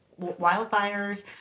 wildfires